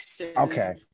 Okay